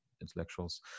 intellectuals